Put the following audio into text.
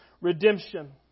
Redemption